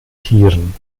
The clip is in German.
tieren